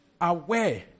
aware